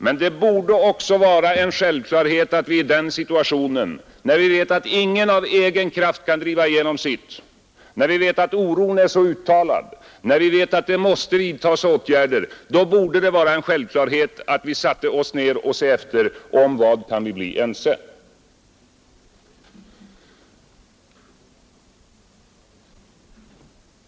Men det borde också vara en självklarhet att vi i den situationen — när vi vet att ingen av egen kraft kan driva igenom sitt förslag, när vi vet att oron är så uttalad, när vi vet att det måste vidtas åtgärder — satte oss ned och såg efter: Om vad kan vi bli ense?